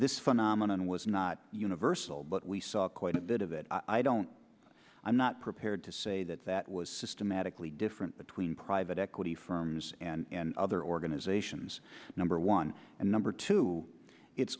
this phenomenon was not universal but we saw quite a bit of it i don't i'm not prepared to say that that was systematically different between private equity firms and other organizations number one and number two it's